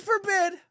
forbid